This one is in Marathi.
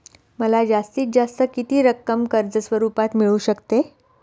मला जास्तीत जास्त किती रक्कम कर्ज स्वरूपात मिळू शकते?